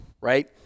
right